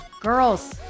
girls